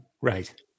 Right